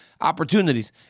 opportunities